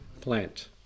plant